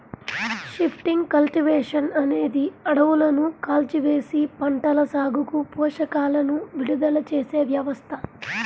shifting cultivation అనేది అడవులను కాల్చివేసి, పంటల సాగుకు పోషకాలను విడుదల చేసే వ్యవస్థ